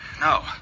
No